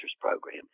program